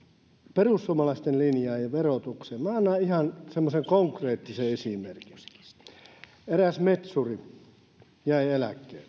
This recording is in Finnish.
perussuomalaisten linjaan ja verotukseen minä annan ihan semmoisen konkreettisen esimerkin eräs metsuri jäi eläkkeelle